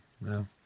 no